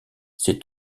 ces